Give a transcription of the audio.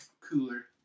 Cooler